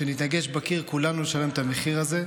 כשנתנגש בקיר, כולנו נשלם את המחיר הזה.